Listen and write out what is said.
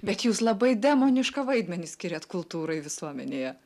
bet jūs labai demoniška vaidmenį skiriant kultūrai visuomenėje